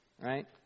Right